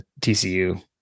TCU